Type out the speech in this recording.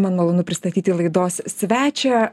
man malonu pristatyti laidos svečią